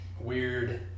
weird